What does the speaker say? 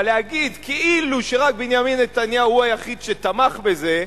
אבל להגיד כאילו רק בנימין נתניהו הוא היחיד שתמך בזה,